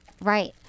right